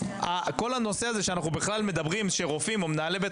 כל הנושא הזה שאנחנו מדברים שרופאים או מנהלי בית